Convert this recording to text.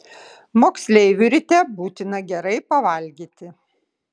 moksleiviui ryte būtina gerai pavalgyti